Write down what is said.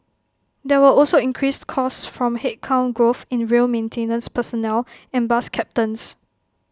there were also increased costs from headcount growth in rail maintenance personnel and bus captains